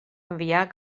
enviar